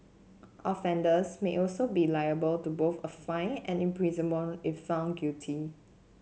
offenders may also be liable to both a fine and imprisonment if found guilty